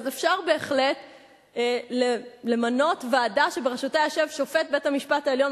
אפשר בהחלט למנות ועדה שבראשותה יושב שופט בית-המשפט העליון,